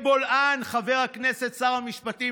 הוא הופך להיות בן ערובה בהגשמת חזון משיחי,